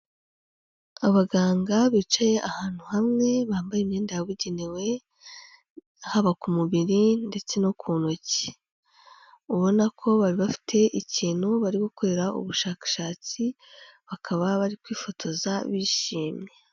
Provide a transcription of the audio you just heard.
Abaganga bicaye ahantu hamwe, bambaye imyenda yabugenewe, haba ku mubiri ndetse no ku ntoki. Ubona ko bari bafite ikintu bari gukorera ubushakashatsi, bakaba bari kwifotoza bishimye.